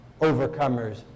overcomers